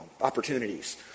opportunities